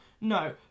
No